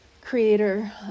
creator